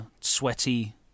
sweaty